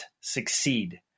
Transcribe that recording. succeed